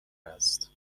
است